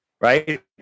right